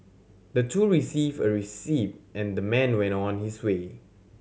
the two received a receipt and the man went on his way